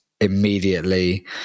immediately